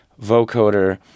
vocoder